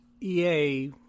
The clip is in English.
EA